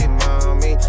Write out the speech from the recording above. mommy